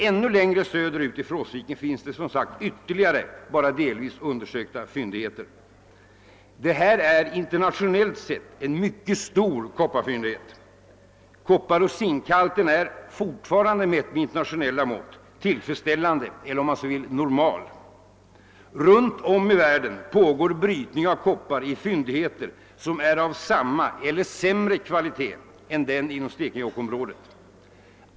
Ännu längre söderut i Frostviken finns det som sagt ytterligare fyndigheter, som endast delvis blivit undersökta. Det är en internationellt sett mycket stor kopparfyndighet. Kopparoch zinkhalten är, fortfarande efter internationella mått, tillfredsställande eller — Om man så vill — normal. Runt om i världen pågår brytning av koppar i fyndigheter som är av samma kvalitet som eller sämre kvalitet än den inom Stekenjokkområdet.